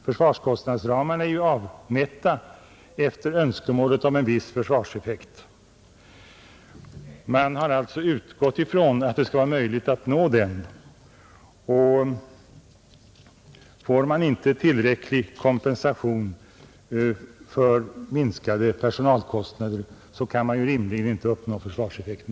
Försvarskostnadsramarna är ju utmätta efter önskemålet om en viss försvarseffekt. Man har alltså utgått från att det skall vara möjligt att nå den, och får man inte kompensation för minskad personaltillgång kan man rimligen inte heller uppnå försvarseffekten.